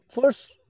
first